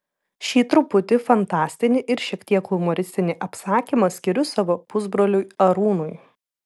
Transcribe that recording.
šį truputį fantastinį ir šiek tiek humoristinį apsakymą skiriu savo pusbroliui arūnui